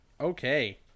Okay